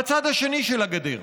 בצד השני של הגדר,